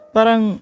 Parang